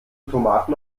tomaten